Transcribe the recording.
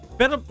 pero